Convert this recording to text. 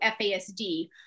FASD